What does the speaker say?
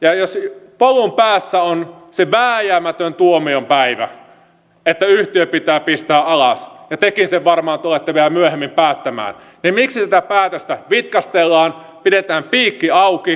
ja jos polun päässä on se vääjäämätön tuomiopäivä että yhtiö pitää pistää alas ja tekin sen varmaan tulette vielä myöhemmin päättämään niin miksi tätä päätöstä vitkastellaan pidetään piikki auki yhä